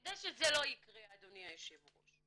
כדי שזה לא יקרה, אדוני היושב ראש,